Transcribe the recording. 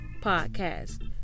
podcast